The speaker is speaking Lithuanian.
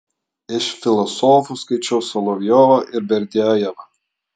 iš filosofų skaičiau solovjovą ir berdiajevą